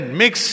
mix